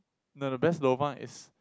no the best lobang is